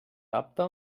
apte